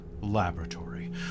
laboratory